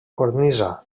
cornisa